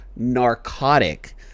narcotic